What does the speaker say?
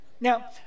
now